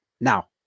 now